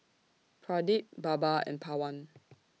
Pradip Baba and Pawan